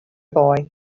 boy